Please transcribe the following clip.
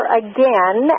again